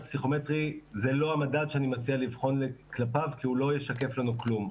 הפסיכומטרי זה לא המדד שאני מציע לבחון בעזרתו כי הוא לא ישקף לנו כלום.